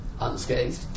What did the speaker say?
unscathed